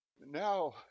now